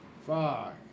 Fuck